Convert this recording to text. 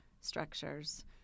structures